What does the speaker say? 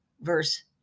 verse